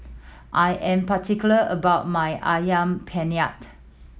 I am particular about my Ayam Penyet